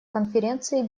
конференции